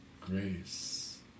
grace